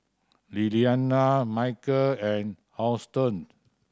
Lillianna Michel and Houston